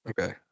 Okay